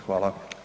Hvala.